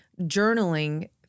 journaling